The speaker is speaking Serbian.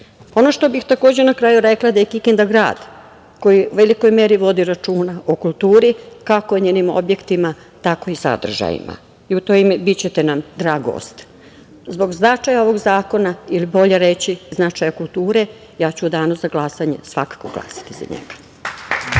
što bih takođe na kraju rekla da je Kikinda grad koji u velikoj meri vodi računa o kulturi, kako o njenim objektima, tako i sadržajima i u to ime bićete nam drag gost. Zbog značaja ovog zakona, ili bolje reći, značaja kulture, ja ću u danu za glasanje svakako glasati za njega.